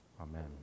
Amen